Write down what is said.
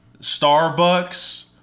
Starbucks